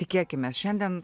tikėkimės šiandien